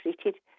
treated